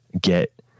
get